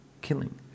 killing